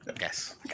Yes